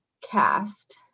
cast